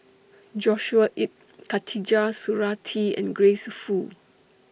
Joshua Ip Khatijah Surattee and Grace Fu